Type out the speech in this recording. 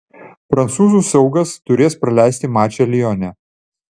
prancūzų saugas turės praleisti mačą lione